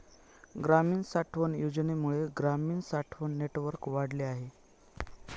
ग्रामीण साठवण योजनेमुळे ग्रामीण साठवण नेटवर्क वाढले आहे